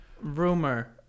Rumor